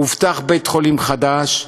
הובטח בית-חולים חדש.